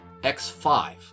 X5